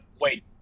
Wait